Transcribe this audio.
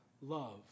love